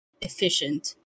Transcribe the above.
efficient